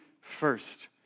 first